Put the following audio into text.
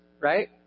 right